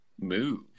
move